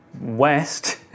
west